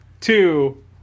two